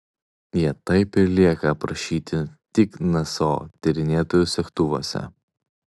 jie taip ir lieka aprašyti tik nso tyrinėtojų segtuvuose